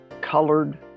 Colored